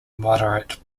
moderate